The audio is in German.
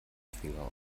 finger